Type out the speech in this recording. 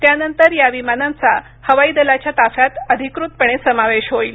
त्यानंतर या विमानांचा हवाई दलाच्या ताफ्यात अधिकृतपणे समावेश होईल